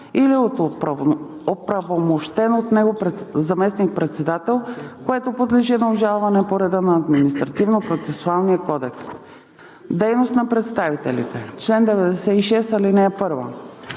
или от оправомощен от него заместник-председател, което подлежи на обжалване по реда на Административнопроцесуалния кодекс. Дейност на представителите Чл. 96. (1)